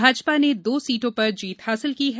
भाजपा ने दो सीटों पर जीत हासिल की है